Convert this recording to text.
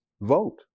vote